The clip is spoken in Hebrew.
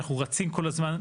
אנחנו רצים כל הזמן.